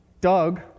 Doug